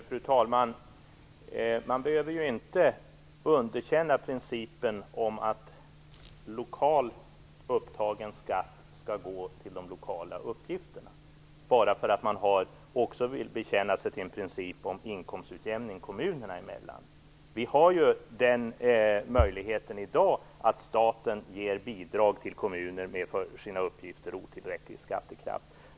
Fru talman! Man behöver inte underkänna principen om att lokalt upptagen skatt skall gå till de lokala uppgifterna bara för att man också vill bekänna sig till en princip om inkomstutjämning kommunerna emellan. Vi har i dag den möjligheten att staten kan ge bidrag till kommuner med för sina uppgifter otillräcklig skattekraft.